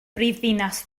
brifddinas